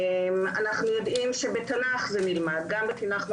אנחנו יודעים שזה נלמד בתנ"ך,